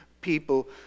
people